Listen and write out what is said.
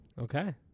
Okay